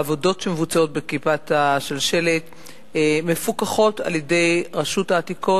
העבודות שמבוצעות בכיפת השלשלת מפוקחות על-ידי רשות העתיקות,